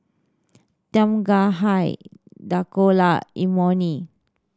Tom Kha High Dhokla Imoni